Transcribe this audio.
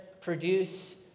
produce